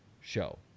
show